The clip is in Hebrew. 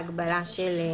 הוא הופך להיות מעין